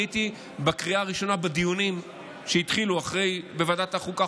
אני הייתי בקריאה הראשונה בדיונים שהתחילו בוועדת החוקה,